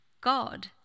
God